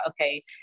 okay